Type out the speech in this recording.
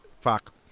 Fuck